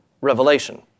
Revelation